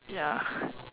ya